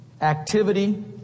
activity